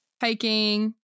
Hiking